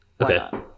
Okay